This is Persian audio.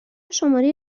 شماره